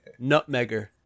nutmegger